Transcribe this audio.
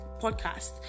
podcast